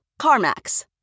CarMax